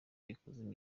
rikura